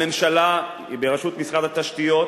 הממשלה, בראשות משרד התשתיות,